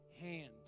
hand